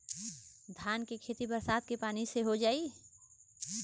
धान के खेती बरसात के पानी से हो जाई?